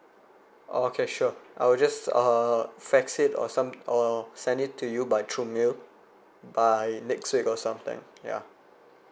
oh okay sure I will just err fax it or some or send it to you by through mail by next week or sometime ya